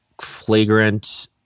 flagrant